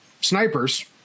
snipers